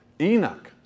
Enoch